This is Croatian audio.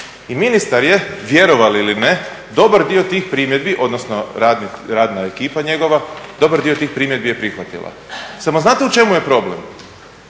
I ministar je vjerovali ili ne dobar dio tih primjedbi, odnosno radna ekipa njegova, dobar dio tih primjedbi je prihvatila. Samo znate u čemu je problem,